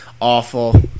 awful